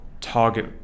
target